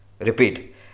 Repeat